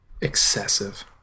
excessive